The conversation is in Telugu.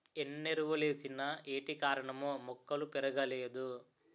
ఎన్నెరువులేసిన ఏటికారణమో మొక్కలు పెరగలేదు